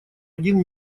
один